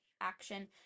action